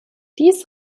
dies